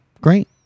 Great